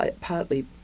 partly